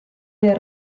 del